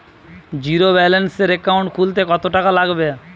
জিরোব্যেলেন্সের একাউন্ট খুলতে কত টাকা লাগবে?